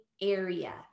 area